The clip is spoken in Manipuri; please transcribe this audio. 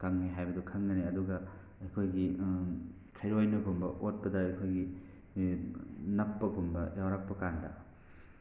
ꯀꯪꯉꯦ ꯍꯥꯏꯕꯗꯨ ꯈꯪꯒꯅꯤ ꯑꯗꯨꯒ ꯑꯩꯈꯣꯏꯒꯤ ꯈꯩꯔꯣꯏꯅꯒꯨꯝꯕ ꯑꯣꯠꯄꯗ ꯑꯩꯈꯣꯏꯒꯤ ꯅꯞꯄꯒꯨꯝꯕ ꯌꯥꯎꯔꯛꯄ ꯀꯥꯟꯗ